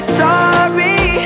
sorry